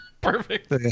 Perfect